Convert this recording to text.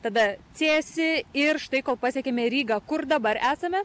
tada cėsį ir štai kol pasiekėme rygą kur dabar esame